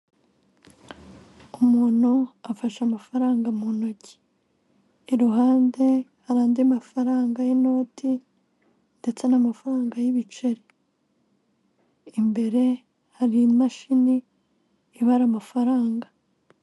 Umuntu afashe amafaranga mu ntoki, iruhande hari andi mafaranga y'inoti ndetse n'amafaranga y'ibiceri, imbere hari imashini ibara amafaranga.